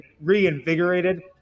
reinvigorated